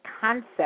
concept